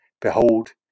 Behold